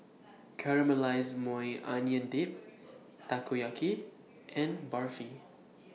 Caramelized Maui Onion Dip Takoyaki and Barfi